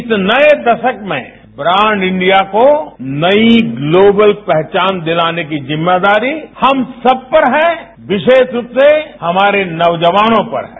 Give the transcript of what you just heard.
इस नए दशक में ब्रांड इंडिया को नई ग्लोबल पहचान दिलाने की जिम्मेदारी हम सब पर है विशेष रूप से हमारे नौजवानों पर है